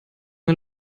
nur